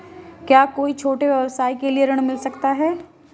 क्या कोई छोटे व्यवसाय के लिए ऋण मिल सकता है?